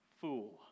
fool